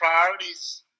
priorities